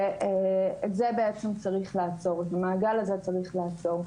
ואת זה צריך לעצור, את המעגל הזה צריך לעצור.